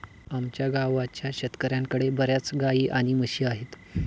आमच्या गावाच्या शेतकऱ्यांकडे बर्याच गाई आणि म्हशी आहेत